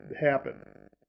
happen